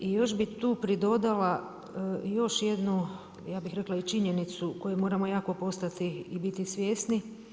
I još bi tu pridodala još jednu ja bih rekla i činjenicu koju moramo jako postati i biti svjesni.